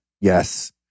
yes